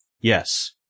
Yes